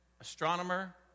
astronomer